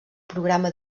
programa